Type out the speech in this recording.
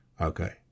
okay